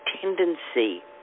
tendency